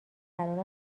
قرار